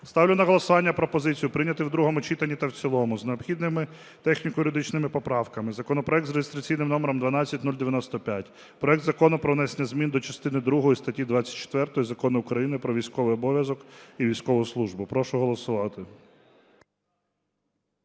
Ставлю на голосування пропозицію прийняти в другому читанні та в цілому з необхідними техніко-юридичними поправками законопроект за реєстраційним номером 12095: проект Закону про внесення зміни до частини другої статті 24 Закону України "Про військовий обов’язок і військову службу". Прошу голосувати.